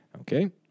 okay